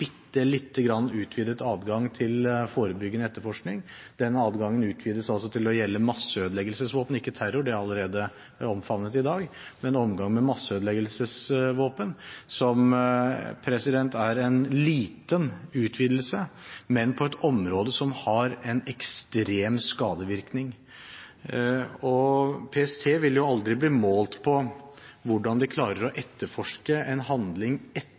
bitte lite grann utvidet adgang til forebyggende etterforskning. Den adgangen utvides altså til å gjelde omgang med masseødeleggelsesvåpen – ikke terror, det er allerede favnet i dag – som er en liten utvidelse, men på et område som har en ekstrem skadevirkning, og PST vil jo aldri bli målt på hvordan de klarer å etterforske en handling